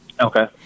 Okay